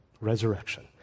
resurrection